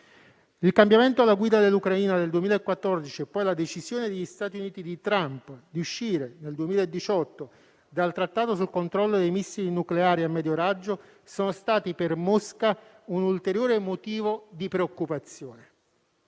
Il cambiamento alla guida dell'Ucraina del 2014 e poi la decisione degli Stati Uniti di Trump di uscire nel 2018 dal Trattato sulle forze nucleari a medio raggio sono state per Mosca un ulteriore motivo di preoccupazione.